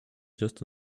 just